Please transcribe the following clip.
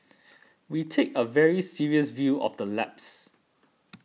we take a very serious view of the lapse